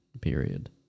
period